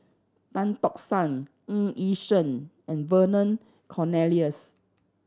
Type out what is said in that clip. Tan Tock San Ng Yi Sheng and Vernon Cornelius